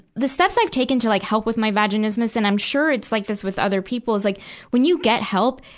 the steps i've taken to like help with my vaginismus, and i'm sure it's like this with other people, is like when you get help,